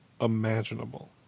imaginable